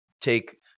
take